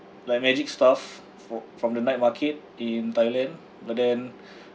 like magic stuff for from the night market in thailand but then